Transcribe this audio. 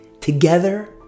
Together